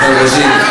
רוזין,